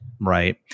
Right